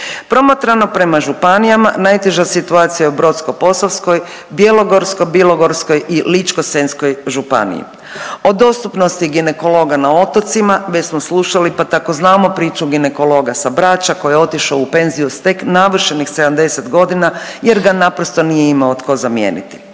Promatrano prema županijama najteža situacija je u Brodsko-posavskoj, Bjelovarsko-bilogorskoj i Ličko-senjskoj županiji. O dostupnosti ginekologa na otocima već smo slušali pa tako znamo priču ginekologa sa Brača koji je otišao u penziju s tek navršenih 70. godina jer ga naprosto nije imao tko zamijeniti.